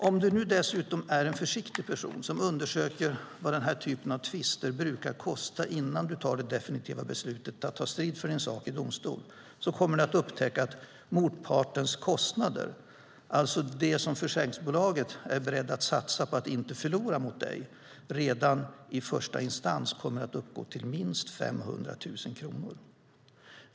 Om du dessutom är en försiktig person som undersöker vad den här typen av tvister brukar kosta innan du tar det definitiva beslutet att ta strid för din sak i domstol kommer du att upptäcka att motpartens kostnader, alltså det som försäkringsbolaget är berett att satsa för att inte förlora mot dig redan i första instans, kommer att uppgå till minst 500 000 kronor.